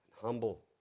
humble